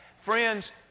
Friends